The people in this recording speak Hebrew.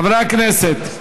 חברי הכנסת,